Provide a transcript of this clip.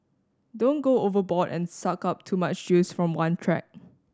don't go overboard and suck up too much juice from one track